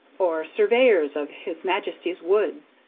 or surveyors of his majesty's woods,